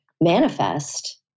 manifest